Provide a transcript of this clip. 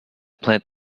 plant